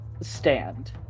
stand